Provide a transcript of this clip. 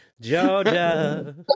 Georgia